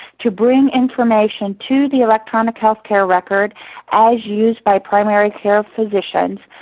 to bring information to the electronic health care record as used by primary care physicians,